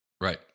right